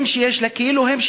כאילו הם,